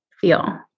feel